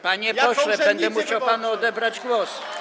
Panie pośle, będę musiał panu odebrać głos.